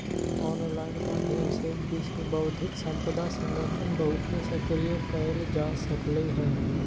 online माध्यम से विश्व बौद्धिक संपदा संगठन बहुते सक्रिय कएल जा सकलई ह